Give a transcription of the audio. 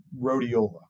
rhodiola